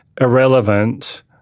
irrelevant